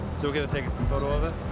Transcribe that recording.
so gonna take a photo of it.